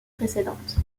précédentes